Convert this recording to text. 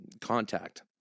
contact